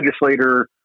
legislator